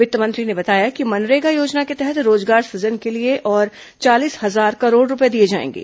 वित्त मंत्री ने बताया कि मनरेगा योजना के तहत रोजगार सुजन के लिए और चालीस हजार करोड़ रुपये दिए जाएंगे